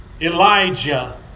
Elijah